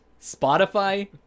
spotify